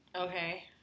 Okay